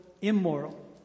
immoral